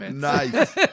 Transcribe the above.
Nice